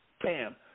bam